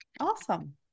awesome